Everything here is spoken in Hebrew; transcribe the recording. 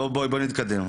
בואי נתקדם.